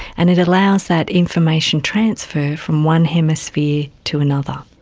and it allows that information transfer from one hemisphere to another.